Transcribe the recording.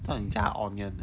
做么你叫他 audience